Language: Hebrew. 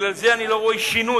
בגלל זה, אני לא רואה שינוי.